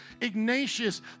Ignatius